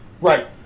Right